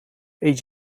eet